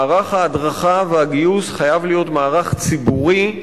מערך ההדרכה והגיוס חייב להיות מערך ציבורי,